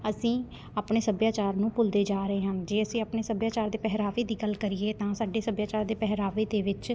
ਅਸੀਂ ਆਪਣੇ ਸੱਭਿਆਚਾਰ ਨੂੰ ਭੁੱਲਦੇ ਜਾ ਰਹੇ ਹਨ ਜੇ ਅਸੀਂ ਆਪਣੇ ਸੱਭਿਆਚਾਰ ਦੇ ਪਹਿਰਾਵੇ ਦੀ ਗੱਲ ਕਰੀਏ ਤਾਂ ਸਾਡੇ ਸੱਭਿਆਚਾਰ ਦੇ ਪਹਿਰਾਵੇ ਦੇ ਵਿੱਚ